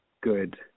good